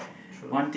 true